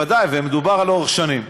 ומדובר, לאורך שנים,